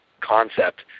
concept